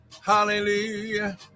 Hallelujah